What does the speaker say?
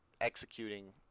executing